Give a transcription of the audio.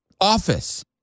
office